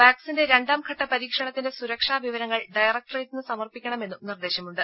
വാക്സിന്റെ രണ്ടാംഘട്ട പരീക്ഷണത്തിന്റെ സുരക്ഷാ വിവരങ്ങൾ ഡയറക്ടറേറ്റിന് സമർപ്പിക്കണമെന്നും നിർദ്ദേശമുണ്ട്